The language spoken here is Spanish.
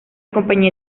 compañía